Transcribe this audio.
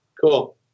Cool